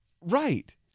right